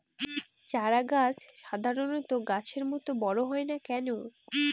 চারা গাছ সাধারণ গাছের মত বড় হয় না কেনো?